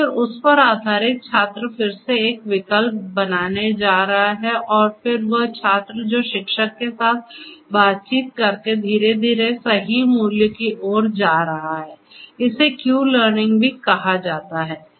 और फिर उस पर आधारित छात्र फिर से एक विकल्प बनाने जा रहा है और फिर वह छात्र जो शिक्षक के साथ बातचीत करके धीरे धीरे सही मूल्य की ओर जा रहा है इसे क्यू लर्निंग भी कहा जाता है